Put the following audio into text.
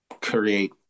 create